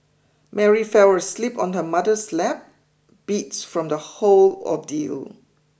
Mary fell asleep on her mother's lap beat from the whole ordeal